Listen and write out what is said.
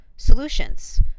solutions